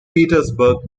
petersburg